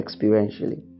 experientially